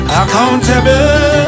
accountable